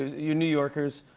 you're new yorkers.